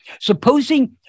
Supposing